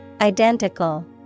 Identical